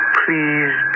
please